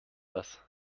das